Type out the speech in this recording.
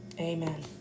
Amen